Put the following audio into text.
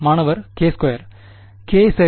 மாணவர் k2 k சரி